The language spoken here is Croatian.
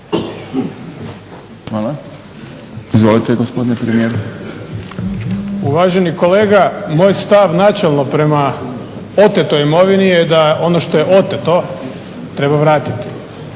**Milanović, Zoran (SDP)** Uvaženi kolega moj stav načelno prema otetoj imovini je da ono što je oteto treba vratiti.